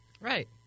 right